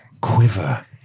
Quiver